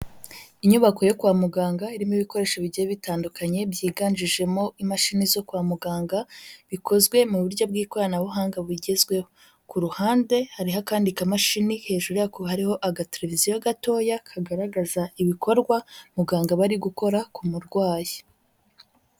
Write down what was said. Inyubako yo kwa muganga, irimo ibikoresho bigiye bitandukanye, byiganjijemo imashini zo kwa muganga, bikozwe mu buryo bw'ikoranabuhanga bugezweho, ku ruhande hariho akandi kamashini, hejuru yako hariho agateleviziyo gatoya, kagaragaza ibikorwa muganga aba ari gukora ku murwayi.